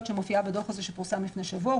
שמופיעה בדוח הזה שפורסם לפני שבוע,